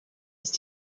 ist